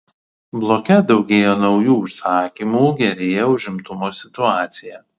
bloke daugėja naujų užsakymų gerėja užimtumo situacija